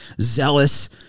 zealous